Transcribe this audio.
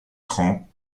cran